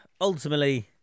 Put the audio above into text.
ultimately